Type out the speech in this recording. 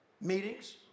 meetings